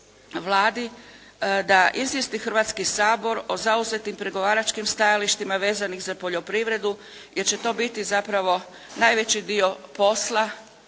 da izvijesti Hrvatski sabor o zauzetim pregovaračkim stajalištima vezanim za poljoprivredu jer će to biti zapravo najveći dio posla